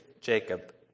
Jacob